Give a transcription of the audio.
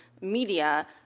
media